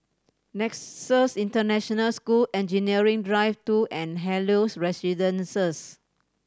Nexus International School Engineering Drive Two and Helios Residences